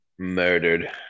murdered